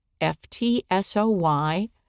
ftsoy